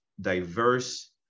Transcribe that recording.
diverse